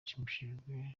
nshimishijwe